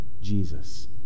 Jesus